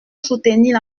soutenir